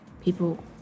people